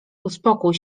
uspokój